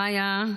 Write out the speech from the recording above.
מיה,